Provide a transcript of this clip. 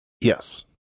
Yes